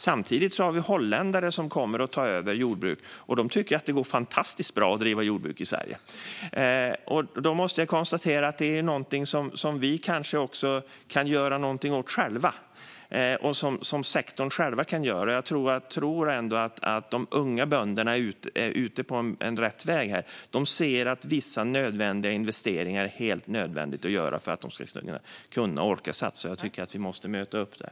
Samtidigt har vi holländare som kommer och tar över jordbruk, och de tycker att det går fantastiskt bra att driva jordbruk i Sverige. Då måste jag konstatera att det kanske finns någonting som vi kan göra själva och som sektorn kan göra. Jag tror ändå att de unga bönderna är på rätt väg här. De ser att det är helt nödvändigt att göra vissa investeringar för att de ska kunna och orka satsa. Jag tycker att vi måste möta upp det.